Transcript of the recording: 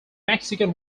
mexican